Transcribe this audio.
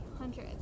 hundreds